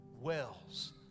wells